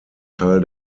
teil